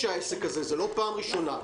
זה לא פעם ראשונה.